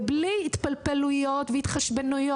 בלי התפלפלויות והתחשבנויות.